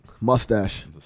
Mustache